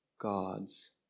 God's